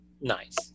Nice